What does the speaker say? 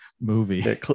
movie